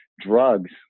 drugs